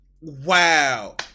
Wow